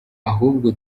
ahubwo